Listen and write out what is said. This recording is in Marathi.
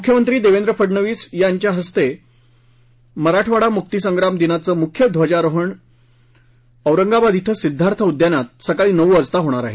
मुख्यमंत्री देवेंद्र फडणवीस यांच्या हस्ते मराठवाडा मुक्तिसंग्राम दिनाचं मुख्य ध्वजारोहण औरंगाबाद क्रि सिद्धार्थ उद्यानात सकाळी नऊ वाजता होणार आहे